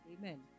Amen